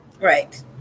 Right